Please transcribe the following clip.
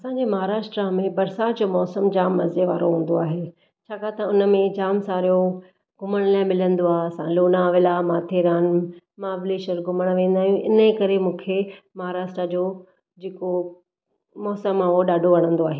असांजे महाराष्ट्र में बरसात जो मौसम जाम मज़े वारो हूंदो आहे छाकाणि त हुन में जाम सारो घुमण लाए मिलंदो आहे असां लोनावला माथेरान महाबलेशवर घुमण वेंदा आहियूं हिन करे मूंखे महाराष्ट्र जो जेको मौसम आहे उहो ॾाढो वणंदो आहे